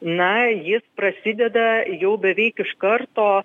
na jis prasideda jau beveik iš karto